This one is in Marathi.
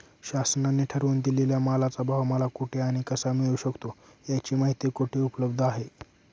शासनाने ठरवून दिलेल्या मालाचा भाव मला कुठे आणि कसा मिळू शकतो? याची माहिती कुठे उपलब्ध आहे?